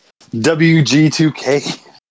WG2K